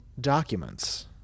documents